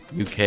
UK